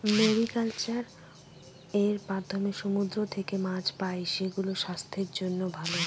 mariculture এর মাধ্যমে সমুদ্র থেকে মাছ পাই, সেগুলো স্বাস্থ্যের জন্য ভালো